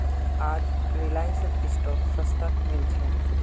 आज रिलायंसेर स्टॉक सस्तात मिल छ